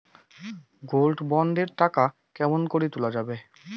Gold bond এর টাকা কেমন করি তুলা যাবে?